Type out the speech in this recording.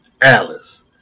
Alice